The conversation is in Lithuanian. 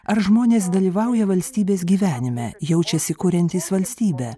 ar žmonės dalyvauja valstybės gyvenime jaučiasi kuriantys valstybę